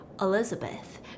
elizabeth